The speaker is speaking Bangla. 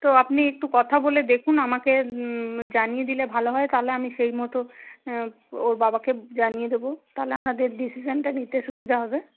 তো আপনি একটু কথা বলে দেখুন আমাকে জানিয়ে দিলে ভালো হয় তাহলে আমি সেই মতো ওর বাবাকে জানিয়ে দেবো তাহলে আমাদের ডিসিশনটা নিতে সুবিধা হবে